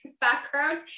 background